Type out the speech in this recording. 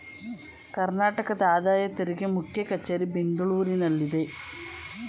ಕರ್ನಾಟಕದ ಆದಾಯ ತೆರಿಗೆ ಮುಖ್ಯ ಕಚೇರಿ ಬೆಂಗಳೂರಿನಲ್ಲಿದೆ